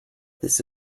that